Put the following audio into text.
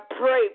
pray